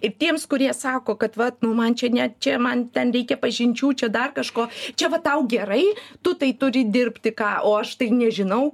ir tiems kurie sako kad vat nu man čia ne čia man ten reikia pažinčių čia dar kažko čia va tau gerai tu tai turi dirbti ką o aš tai nežinau